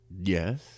Yes